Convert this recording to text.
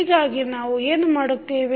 ಹೀಗಾಗಿ ನಾವು ಏನು ಮಾಡುತ್ತೇವೆ